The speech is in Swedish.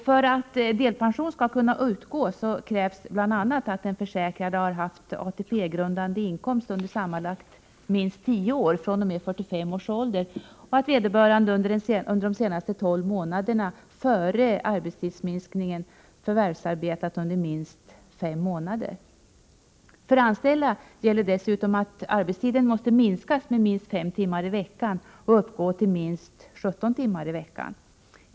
För att delpension skall kunna utgå krävs bl.a. att den försäkrade har haft ATP-grundande inkomst under sammanlagt minst 10 år fr.o.m. 45 års ålder och att vederbörande under de senaste tolv månaderna före arbetstidsminskningen förvärvsarbetat under minst fem månader. För anställda gäller dessutom att arbetstiden måste minskas med minst fem timmar i veckan och uppgå till minst 17 timmar i veckan.